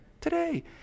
Today